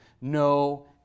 no